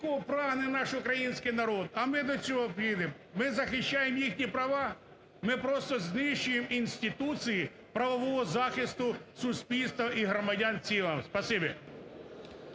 яких прагне наш український народ. А ми до чого ідемо? Ми захищаємо їхні права? Ми просто знищуємо інституції правового захисту суспільства і громадян в цілому.